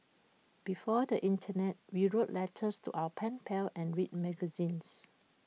before the Internet we wrote letters to our pen pals and read magazines